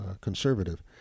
conservative